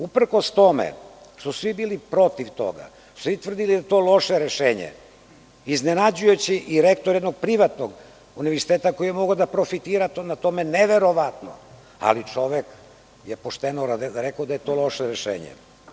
Uprkos tome su svi bili protiv toga, svi tvrdili da je to loše rešenje, iznenađujuće i rektor jednog privatnog univerziteta koji je mogao da profitira na tome neverovatno, ali čovek je pošteno rekao da je to loše rešenje.